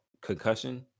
concussion